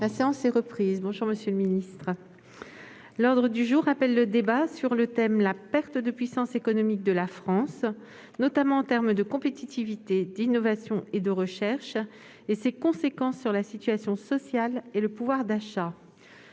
La séance est suspendue. La séance est reprise. L'ordre du jour appelle le débat sur le thème :« La perte de puissance économique de la France- notamment en termes de compétitivité, d'innovation et de recherche -et ses conséquences sur la situation sociale et le pouvoir d'achat.